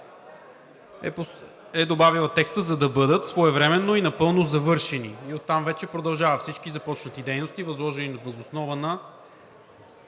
е добавила „за да бъдат своевременно и напълно завършени“ и оттам вече продължава „всички започват дейности, възложени въз основа на